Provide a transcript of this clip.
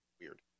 weird